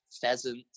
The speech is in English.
pheasant